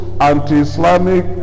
anti-Islamic